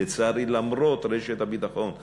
לצערי, למרות רשת הביטחון שציירתי,